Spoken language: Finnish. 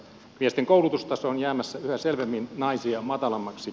miesten koulutustaso on jäämässä yhä selvemmin naisia matalammaksi